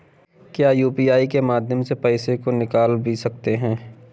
क्या यू.पी.आई के माध्यम से पैसे को निकाल भी सकते हैं?